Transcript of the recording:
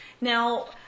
Now